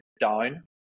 down